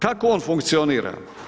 Kako on funkcionira.